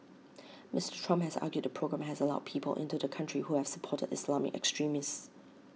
Mister Trump has argued the programme has allowed people into the country who have supported Islamic extremists